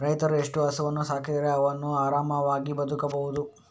ರೈತ ಎಷ್ಟು ಹಸುವನ್ನು ಸಾಕಿದರೆ ಅವನು ಆರಾಮವಾಗಿ ಬದುಕಬಹುದು?